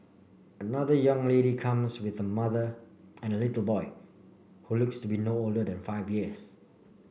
another young lady comes with her mother and a little boy who looks to be no older five years